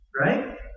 Right